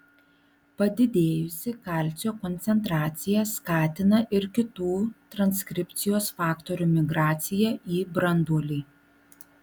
padidėjusi kalcio koncentracija skatina ir kitų transkripcijos faktorių migraciją į branduolį